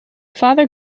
father